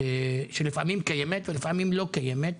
שלפעמים קיימת ולפעמים לא קיימת.